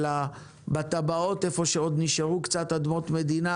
אלא בתב"ע איפה שנשארו קצת אדמות מדינה